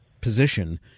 position